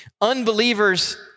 Unbelievers